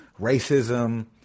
racism